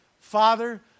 Father